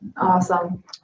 Awesome